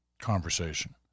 conversation